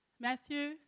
Matthew